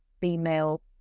female